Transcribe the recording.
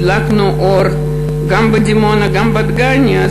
הדלקנו אור גם בדימונה וגם בדגניה.